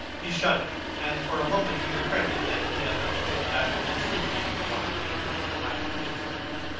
he shuddered, and for a moment he regretted that he had not told basil the true reason why he had wished to hide the picture away.